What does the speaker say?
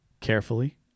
carefully